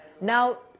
now